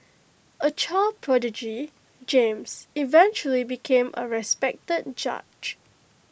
A child prodigy James eventually became A respected judge